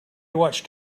watched